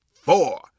four